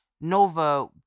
Nova